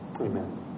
Amen